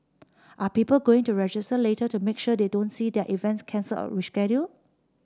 are people going to register later to make sure they don't see their events cancel or rescheduled